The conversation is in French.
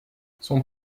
son